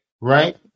right